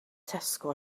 tesco